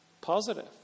Positive